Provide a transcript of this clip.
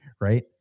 Right